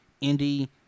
Indy